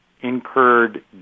incurred